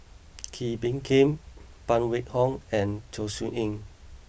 Kee Bee Khim Phan Wait Hong and Chong Siew Ying